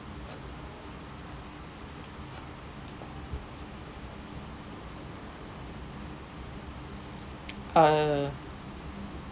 ah